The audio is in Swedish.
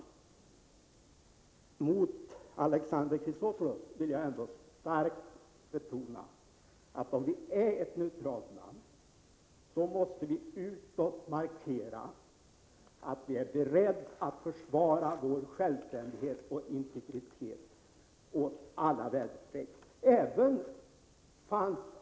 Gentemot Alexander Chrisopoulos vill jag starkt betona att om vi är ett neutralt land måste vi utåt markera att vi är beredda att försvara vår självständighet och integritet åt alla väderstreck.